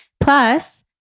Plus